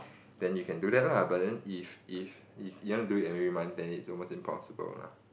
then you can do that lah but then if if if you want to do it every month then is almost impossible lah